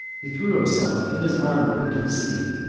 he threw himself in his armor into the sea,